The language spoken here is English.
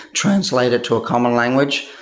translate it to a common language,